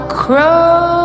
crow